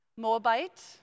Moabite